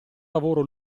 lavoro